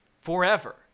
forever